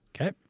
Okay